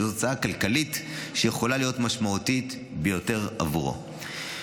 זאת הוצאה כלכלית שיכולה להיות משמעותית ביותר עבורו.